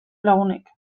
lagunek